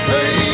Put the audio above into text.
Hey